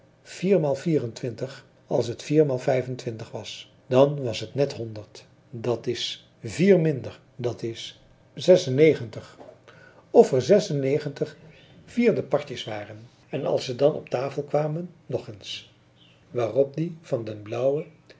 viermaal vierentwintig als t viermaal vijfentwintig was dan was t net honderd dat s vier minder dat's zesennegentig of der zesennegentig vierdepartjes waren en als ze dan op tafel kwamen nog eens waarop die van de blauwe